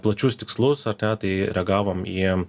plačius tikslus ar ne tai reagavom į